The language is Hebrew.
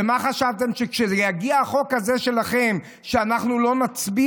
ומה חשבתם, שכשיגיע החוק הזה שלכם אנחנו לא נצביע?